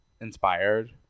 Inspired